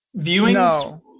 viewings